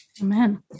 Amen